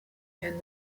and